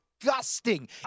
disgusting